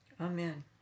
Amen